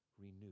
renew